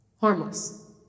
harmless